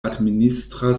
administra